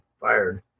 fired